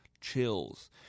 Chills